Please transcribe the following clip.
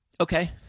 Okay